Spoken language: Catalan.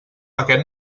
aquest